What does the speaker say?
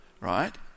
Right